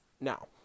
now